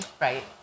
Right